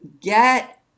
get